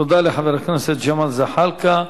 תודה לחבר הכנסת ג'מאל זחאלקה.